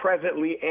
presently